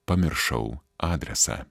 pamiršau adresą